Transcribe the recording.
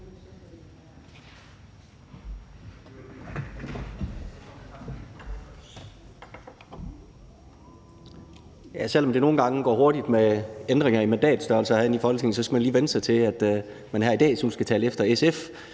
Selv om det nogle gange går hurtigt med ændringer i mandattallene herinde i Folketinget, skal man lige vænne sig til, at man her i dag skal tale efter SF;